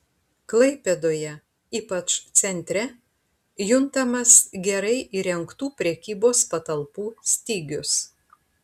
klaipėdoje ypač centre juntamas gerai įrengtų prekybos patalpų stygius